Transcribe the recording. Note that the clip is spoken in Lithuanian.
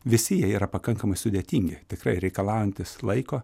visi jie yra pakankamai sudėtingi tikrai reikalaujantys laiko